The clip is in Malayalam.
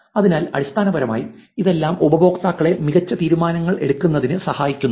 അതിനാൽ അടിസ്ഥാനപരമായി ഇതെല്ലാം ഉപയോക്താക്കളെ മികച്ച തീരുമാനങ്ങൾ എടുക്കുന്നതിന് സഹായിക്കുന്നു